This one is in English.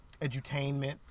Edutainment